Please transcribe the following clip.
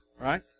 Right